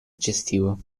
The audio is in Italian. eccessivo